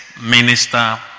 minister